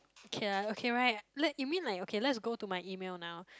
okay lah okay right like you mean like okay let's go to my email now